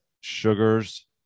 sugars